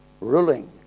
ruling